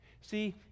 See